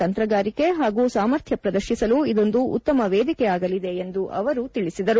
ತಂತ್ರಗಾರಿಕೆ ಹಾಗೂ ಸಾಮರ್ಥ್ಯ ಪ್ರದರ್ಶಿಸಲು ಇದೊಂದು ಉತ್ತಮ ವೇದಿಕೆ ಆಗಲಿದೆ ಎಂದೂ ಸಹ ತಿಳಿಸಿದರು